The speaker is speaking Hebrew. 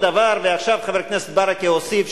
ועכשיו חבר הכנסת ברכה הוסיף,